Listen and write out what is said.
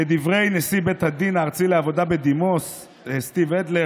כדברי נשיא בית הדין הארצי לעבודה בדימוס סטיב אדלר,